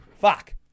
Fuck